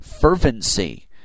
fervency